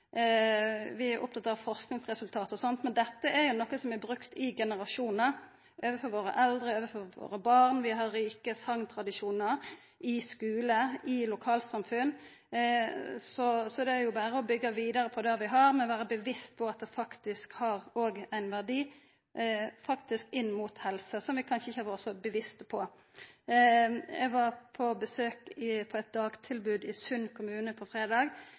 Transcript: Vi er opptatt av forskingsresultat, men dette er noko som har vore brukt i generasjonar for våre eldre og våre barn. Vi har rike songtradisjonar i skule og lokalsamfunn. Det er berre å byggja vidare på det vi har, og vera bevisst på at det faktisk også har ein verdi for helsa, noko vi kanskje ikkje har vore så bevisste på. Eg var på besøk på eit dagtilbod i Sund kommune sist fredag.